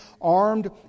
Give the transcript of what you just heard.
armed